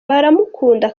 baramukunda